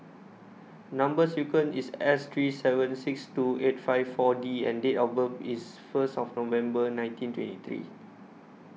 Number sequence IS S three seven six two eight five four D and Date of birth IS First November nineteen twenty three